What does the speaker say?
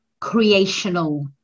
creational